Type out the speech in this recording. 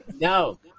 No